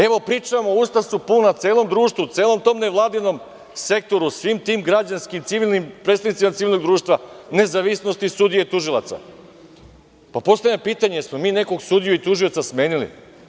Evo, pričamo, usta su puna celom društvu, celom tom nevladinom sektoru, svim tim građanskim, predstavnicima civilnog društva, nezavisnosti sudije i tužilaca, pa postavljam pitanje, da li smo mi nekog sudiju i tužioca smenili?